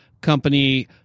Company